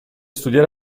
studiare